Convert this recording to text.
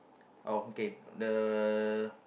oh okay the